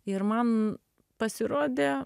ir man pasirodė